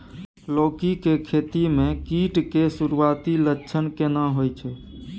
लौकी के खेती मे कीट के सुरूआती लक्षण केना होय छै?